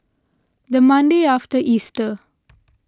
the Monday after Easter